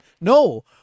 No